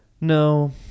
No